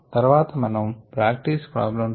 తర్వాత మనము practice problem 2